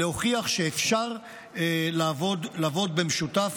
להוכיח שאפשר לעבוד במשותף.